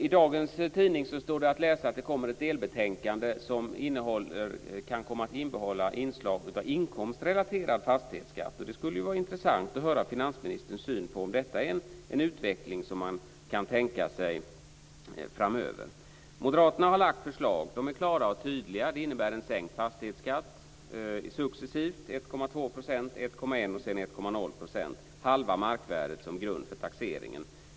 I dagens tidning står att läsa att det kommer ett delbetänkande som kan komma att innehålla inslag av inkomstrelaterad fastighetsskatt. Det skulle vara intressant att höra om finansministerns syn på det. Är det en utveckling som man kan tänka sig framöver? Moderaterna har lagt fram klara och tydliga förslag som innebär en successivt sänkt fastighetsskatt, först till 1,2 %, sedan till 1,1 % och slutligen 1,0 %. Halva markvärdet skall ligga till grund för taxeringen.